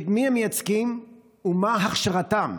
את מי הם מייצגים ומה הכשרתם?